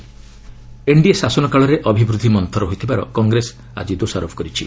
Congress growth NDA ଶାସନ କାଳରେ ଅଭିବୃଦ୍ଧି ମନ୍ଥର ହୋଇଥିବାର କଂଗ୍ରେସ ଆଜି ଦୋଷାରୋପ କରିଛି